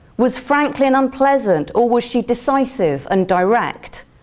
was franklin unpleasant or was she decisive and direct?